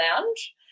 Lounge